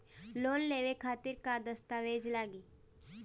Loan लेवे खातिर का का दस्तावेज लागी?